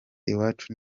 iwacu